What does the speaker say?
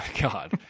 god